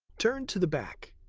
turn to the back.